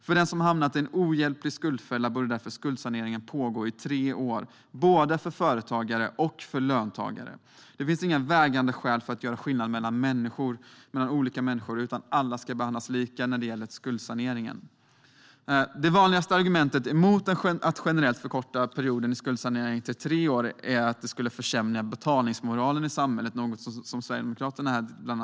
För den som har hamnat i en ohjälplig skuldfälla borde därför skuldsaneringen pågå i tre år, både för företagare och för löntagare. Det finns inga vägande skäl för att göra skillnad mellan olika människor, utan alla ska behandlas lika när det gäller skuldsanering. Det vanligaste argumentet mot att generellt förkorta perioden i skuldsanering till tre år är att det skulle försämra betalningsmoralen i samhället. Detta är något som bland andra Sverigedemokraterna nämner.